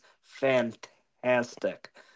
fantastic